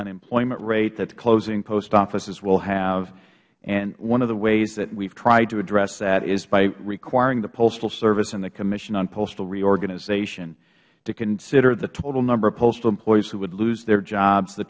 unemployment rate that closing post offices will have one of the ways that we have tried to address that is by requiring the postal service and the commission on postal reorganization to consider the total number of postal employees who would lose their jobs the